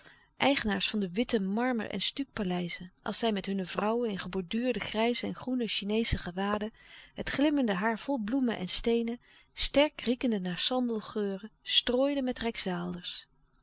eigenaars van de witte marmer en stucpaleizen als zij met hunne vrouwen in gebor duurde grijze en groene chineesche gewaden het glimmende haar vol bloemen en steenen sterk riekende naar sandelgeuren strooiden met rijksdaalders